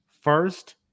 first